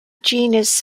genus